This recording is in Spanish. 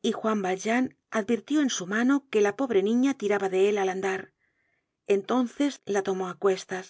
y juan valjean advirtió en su mano que la pobre niña tiraba de él al andar entonces la tomó á cuestas